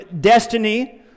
destiny